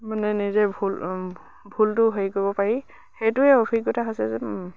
মানে নিজে ভুল ভুলটো হেৰি কৰিব পাৰি সেইটোৱে অভিজ্ঞতা হৈছে যে